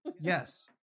yes